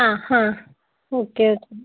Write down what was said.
ആ ഹാ okay okay